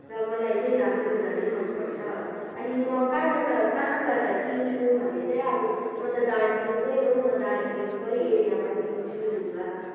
र मलाई चाहिँ लामो लुगा नै मनपर्छ अनि म कहाँबाट कहाँबाट किन्छु भने चाहिँ अब म त दार्जिलिङकै हो म दार्जिलिङकै एरियामा किन्छु लुगा